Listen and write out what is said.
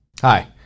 Hi